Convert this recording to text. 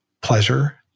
pleasure